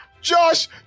Josh